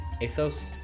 Athos